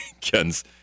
Ken's